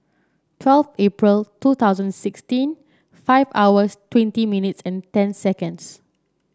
twelve April two thousand sixteen five hours twenty minutes and ten seconds